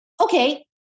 okay